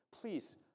Please